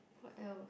what else